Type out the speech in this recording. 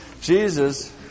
Jesus